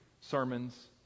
sermons